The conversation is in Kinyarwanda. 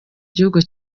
gihugu